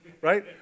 right